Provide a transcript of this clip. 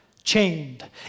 Chained